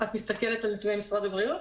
את מסתכלת על נתוני משרד הריאות?